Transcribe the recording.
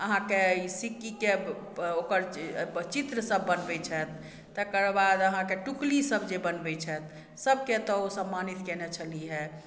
अहाँके ई सिक्कीके ओकर चित्र सब बनबय छथि तकरबाद अहाँके टुकली सब जे बनबय छथि सबके एतऽ ओ सम्मानित कयने छलिह हइ